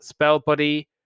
Spellbody